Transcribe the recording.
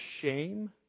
shame